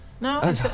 No